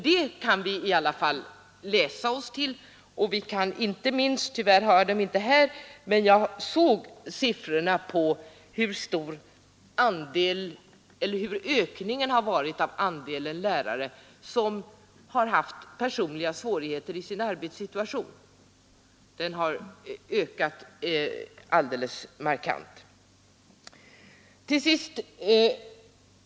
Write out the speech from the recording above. Det kan vi i alla fall läsa oss till. Tyvärr har jag inte siffrorna här, men vi har ju sett hur stor ökningen har varit av andelen lärare som haft personliga svårigheter i sin arbetssituation. Den ökningen har varit alldeles markant.